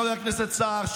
חבר הכנסת סער,